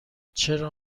چرا